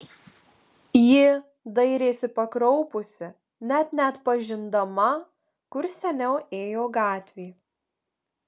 ji dairėsi pakraupusi net neatpažindama kur seniau ėjo gatvė